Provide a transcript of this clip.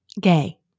gay